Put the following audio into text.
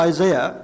Isaiah